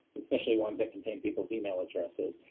especially ones that contain people's email addresses.